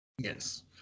Yes